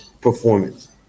performance